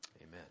Amen